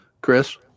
Chris